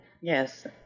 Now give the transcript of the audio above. yes